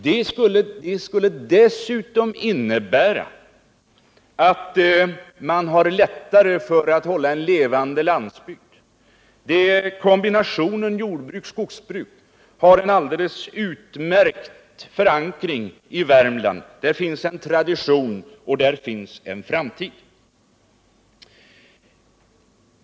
Detta skulle också innebära att man lättare bevarade en levande landsbygd. Kombinationen jordbrukskogsbruk har en alldeles utmärkt förankring i Värmland. Där finns en tradition och där finns också en framtid.